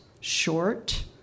short